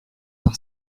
par